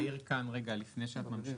אני רוצה רק להעיר כאן רגע, לפני שאת ממשיכה.